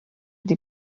des